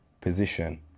position